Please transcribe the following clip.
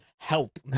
Help